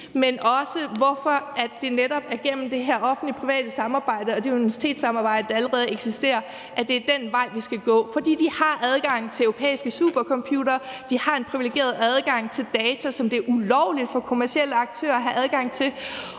men også, hvorfor det netop er det her offentlig-private samarbejde og universitetssamarbejde, der allerede eksisterer, der er den vej, vi skal gå. De har adgang til europæiske supercomputere. De har en privilegeret adgang til data, som det er ulovligt for kommercielle aktører at have adgang til.